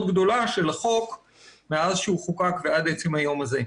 גדולה של החוק מאז הוא חוקק ועד עצם היום הזה.